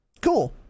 cool